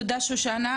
תודה, שושנה.